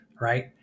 right